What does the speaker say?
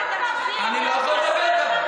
אני לא יכול לדבר ככה.